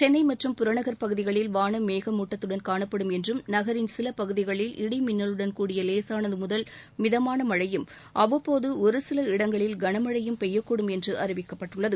சென்னை மற்றும் புறநகர் பகுதிகளில் வானம் மேகமூட்டத்துடன் காணப்படும் என்றும் நகரின் சில பகுதிகளில் இடி மின்னலுடன் கூடிய லேசானது முதல் மிதமான மழையும் அவ்வப்போது ஒரு சில இடங்களில் கணமழையும் பெய்யக்கூடும் என்று அறிவிக்கப்பட்டுள்ளது